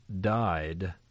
died